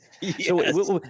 Yes